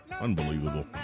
Unbelievable